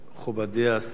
מכובדי השר,